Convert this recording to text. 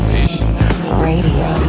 Radio